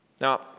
Now